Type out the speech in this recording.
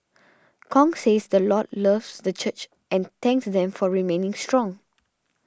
Kong says the Lord loves this church and thanked them for remaining strong